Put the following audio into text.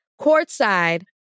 courtside